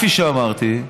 כפי שאמרתי,